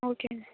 ஓகேங்க